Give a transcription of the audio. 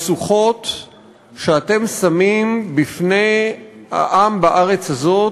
והמשוכות שאתם שמים בפני העם בארץ הזאת,